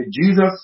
Jesus